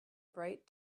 bright